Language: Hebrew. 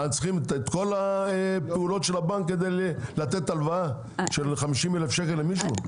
הם צריכים את כל הפעולות של הבנק כדי לתת הלוואה של 50,000 שקל למישהו?